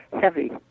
heavy